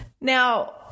Now